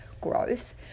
growth